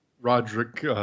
Roderick